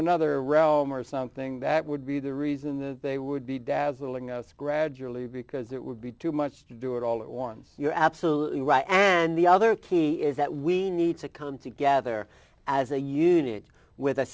another realm or something that would be the reason that they would be dazzling us gradually because it would be too much to do it all at once you're absolutely right and the other key is that we need to come together as a unit with a